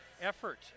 effort